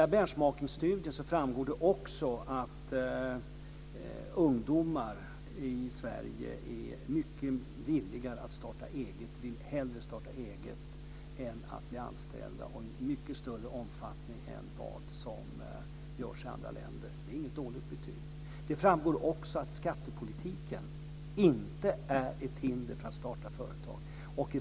I benchmarking-studien framgår också att ungdomar i Sverige är mycket villiga att starta eget, de vill hellre starta eget än bli anställda och i mycket större omfattning än vad som görs i andra länder. Det är inget dåligt betyg. Det framgår också att skattepolitiken inte är ett hinder för att starta företag.